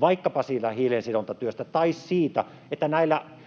vaikkapa siitä hiilensidontatyöstä tai siitä, että näillä